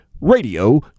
Radio